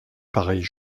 pareille